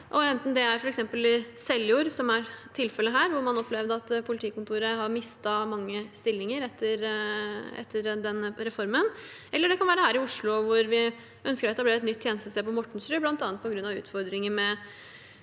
enten det er i f.eks. Seljord, som i dette tilfellet, der man opplevde at politikontoret mistet mange stillinger etter reformen, eller det er her i Oslo, der vi ønsker å etablere et nytt tjenestested på Mortensrud, bl.a. på grunn av utfordringer med